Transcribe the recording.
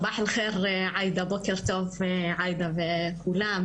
בוקר טוב עאידה ולכולם,